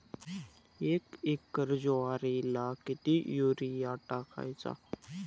एक एकर ज्वारीला किती युरिया टाकायचा?